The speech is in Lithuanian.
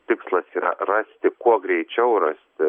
tikslas yra rasti kuo greičiau rasti